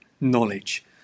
knowledge